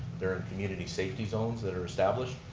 there are community safety zones that are established.